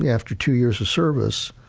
after two years of service,